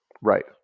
Right